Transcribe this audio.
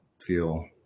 feel